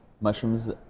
Mushrooms